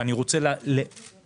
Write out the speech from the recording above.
אני רוצה להסביר,